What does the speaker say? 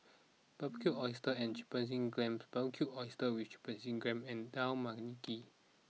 Barbecued Oysters and Chipotle Glaze Barbecued Oysters with Chipotle Glaze and Dal Makhani